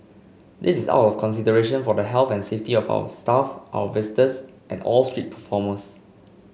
this is out of consideration for the health and safety of our staff our visitors and all street performers